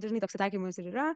dažnai toks atsakymas ir yra